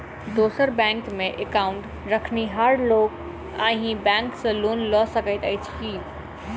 दोसर बैंकमे एकाउन्ट रखनिहार लोक अहि बैंक सँ लोन लऽ सकैत अछि की?